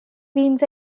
beans